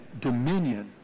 dominion